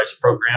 program